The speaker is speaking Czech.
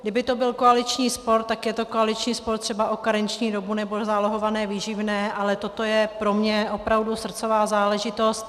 Kdyby to byl koaliční spor, tak je to koaliční spor třeba o karenční dobu nebo zálohované výživné, ale toto je pro mě opravdu srdcová záležitost.